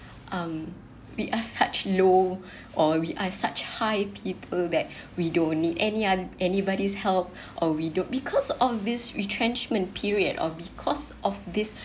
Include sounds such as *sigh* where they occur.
um we are such low *breath* or we are such high people that we don't need any other anybody's help *breath* or we don't because of this retrenchment period of because of this